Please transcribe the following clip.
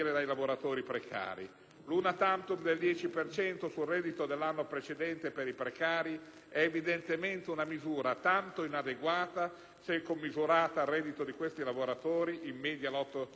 L'*una tantum* del 10 per cento sul reddito dell'anno precedente per i precari è una misura tanto inadeguata se commisurata al reddito di questi lavoratori, in media 8.000 euro annui.